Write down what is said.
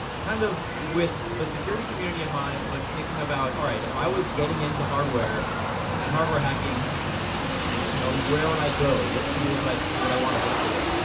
kind of with the security community in mind, but thinking about, alright if i was getting into hardware hardware hacking you know where would i go? what tools would i so would i wanna look for?